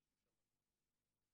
מישהו שמע,